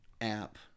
app